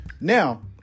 now